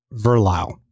Verlau